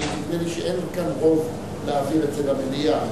כי נדמה לי שאין כאן רוב להעביר את זה למליאה.